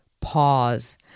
pause